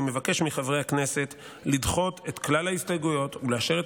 אני מבקש מחברי הכנסת לדחות את כלל ההסתייגויות ולאשר את